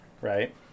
right